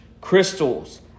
crystals